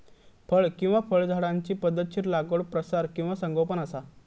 फळ किंवा फळझाडांची पध्दतशीर लागवड प्रसार किंवा संगोपन असा